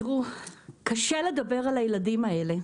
קשה לדבר על הילדים האלה.